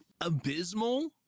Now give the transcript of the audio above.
abysmal